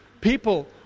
People